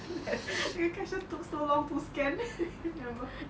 the cashier took so long to scan remember